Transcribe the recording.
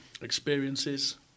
experiences